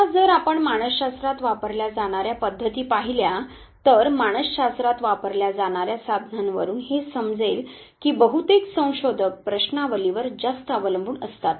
आता जर आपण मानस शास्त्रात वापरल्या जाणार्या पद्धती पाहिल्या तर मानस शास्त्रात वापरल्या जाणार्या साधनांवरुण हे समजेल की बहुतेक संशोधक प्रश्नावलीवर जास्त अवलंबून असतात